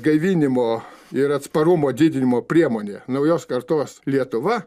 gaivinimo ir atsparumo didinimo priemonė naujos kartos lietuva